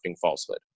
falsehood